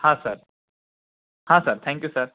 हा सर हा sir thank you sir